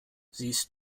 siehst